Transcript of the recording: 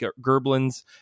gerblins